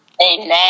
Amen